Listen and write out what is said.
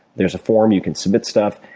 there's a forum you can submit stuff.